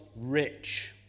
rich